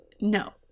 no